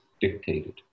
dictated